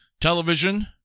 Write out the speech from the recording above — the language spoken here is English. television